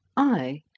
i,